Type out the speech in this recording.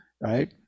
right